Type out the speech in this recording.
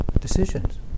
decisions